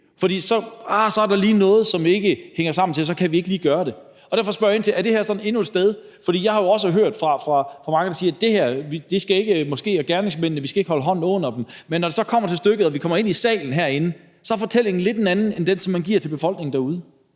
For så er der lige noget, der ikke hænger sammen, og så kan vi ikke gøre det. Derfor spørger jeg: Er det her endnu et eksempel på det? For jeg har jo også hørt fra mange, der siger, at vi ikke skal holde hånden over gerningsmændene, men når det så kommer til stykket og vi kommer ind i salen her, så er fortællingen lidt en anden end den, som man giver til befolkningen derude.